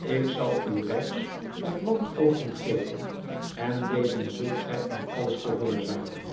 ik zal u rijks of landvoogden geven en dezen zult gij in alles gehoorzamen